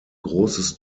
großes